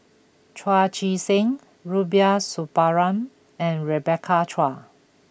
Chu Chee Seng Rubiah Suparman and Rebecca Chua